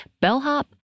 bellhop